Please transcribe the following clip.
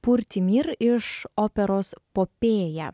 pur timir iš operos popėja